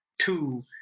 Two